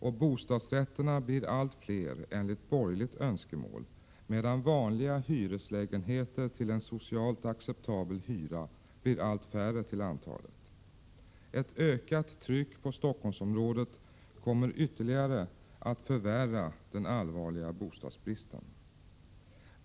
Och bostadsrätterna blir allt fler, enligt borgerligt önskemål, medan vanliga hyreslägenheter till en socialt acceptabel hyra blir allt färre till antalet. Ett ökat tryck på Stockholmsområdet kommer att ytterligare förvärra den allvarliga bostadsbristen.